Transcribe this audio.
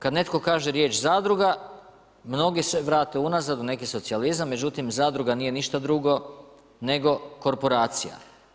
Kad netko kaže riječ zadruga, mnogi se vrate unazad u neki socijalizam, međutim zadruga nije ništa drugo nego korporacija.